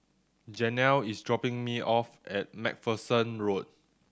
Janel is dropping me off at Macpherson Road